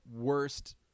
worst